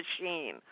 machine